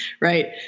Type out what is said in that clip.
Right